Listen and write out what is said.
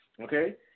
Okay